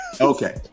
Okay